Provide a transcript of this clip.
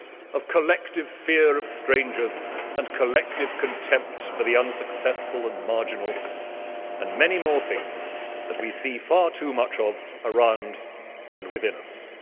of collective fear of strangers and collective contempt for the unsuccessful and marginal and many more things that we see far too much of around and within us.